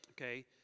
okay